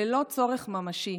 ללא צורך ממשי,